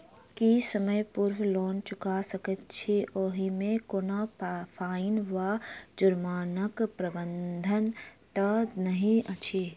की समय पूर्व लोन चुका सकैत छी ओहिमे कोनो फाईन वा जुर्मानाक प्रावधान तऽ नहि अछि?